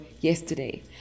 yesterday